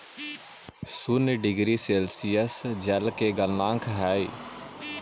शून्य degree Celsius जल के गलनांक हई